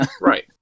Right